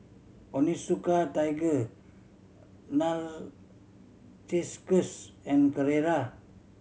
Onitsuka Tiger Narcissus and Carrera